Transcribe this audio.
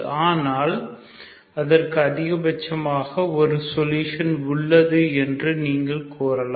ஆனால் அதற்கு அதிகபட்சமாக ஒரு சொல்யூஷன் உள்ளது என்று நீங்கள் கூறலாம்